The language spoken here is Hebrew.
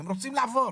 הם רוצים לעבור.